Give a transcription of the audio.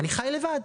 אני חי לבד,